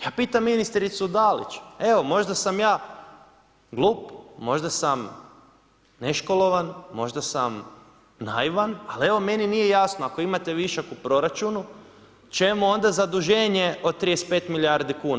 Ja pitam ministricu Dalić, evo možda sam ja glup, možda sam neškolovan, možda sam naiva, ali evo meni nije jasno ako imate višak u proračunu čemu onda zaduženje od 35 milijuna kuna.